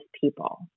people